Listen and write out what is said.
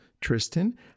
Tristan